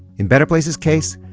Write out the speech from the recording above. in better place's case,